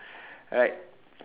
like